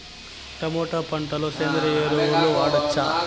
Tomato పంట లో సేంద్రియ ఎరువులు వాడవచ్చా?